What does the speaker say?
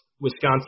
Wisconsin